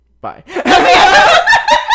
Bye